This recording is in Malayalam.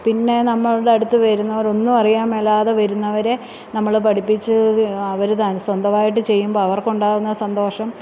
പിന്നെ നമ്മളുടെ അടുത്ത് വരുന്നവരൊന്നും അറിയാന് മേലാതെ വരുന്നവരെ നമ്മള് പഠിപ്പിച്ച് ത് അവര് തന് സ്വന്തമായിട്ട് ചെയ്യുമ്പം അവർക്ക് ഉണ്ടാകുന്ന സന്തോഷം